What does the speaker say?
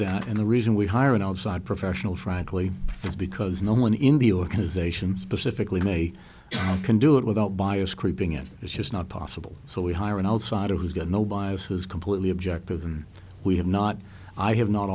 that and the reason we hire an outside professional frankly is because no one in the organization specifically in a can do it without bias creeping in it's just not possible so we hire an outsider who's got no bias is completely objective and we have not i have not